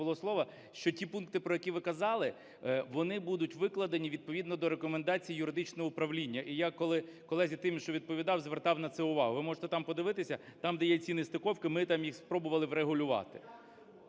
було слова, що ті пункти, про які ви казали, вони будуть викладені відповідно до рекомендацій юридичного управління. І я коли колезі Тімішу відповідав, звертав на це увагу. Ви можете там подивитися. Там, де є ці нестиковки, ми там їх спробували врегулювати.